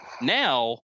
now